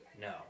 No